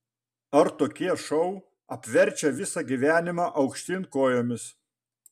ar tokie šou apverčia visą gyvenimą aukštyn kojomis